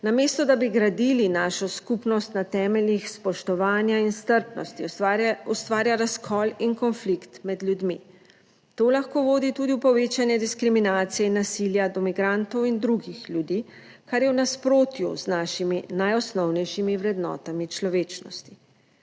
Namesto, da bi gradili našo skupnost na temeljih spoštovanja in strpnosti. Ustvarja razkol in konflikt med ljudmi. To lahko vodi tudi v povečanje diskriminacije in nasilja do migrantov in drugih ljudi, kar je v nasprotju z našimi najosnovnejšimi vrednotami človečnosti.